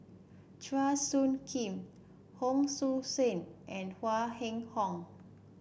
Chua Soo Khim Hon Sui Sen and Huang Wenhong